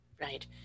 Right